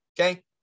Okay